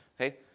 Okay